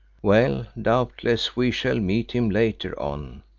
well, doubtless we shall meet him later on.